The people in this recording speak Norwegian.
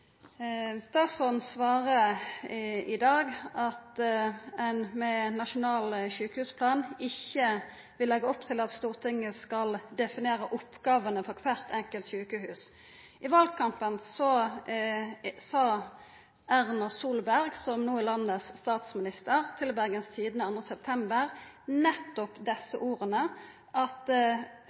Statsråden svarer i dag at ein med ein nasjonal sjukehusplan ikkje vil leggja opp til at Stortinget skal definera oppgåvene for kvart enkelt sjukehus. I valkampen sa Erna Solberg, som no er landets statsminister, til Bergens Tidende 2. september nettopp desse orda, at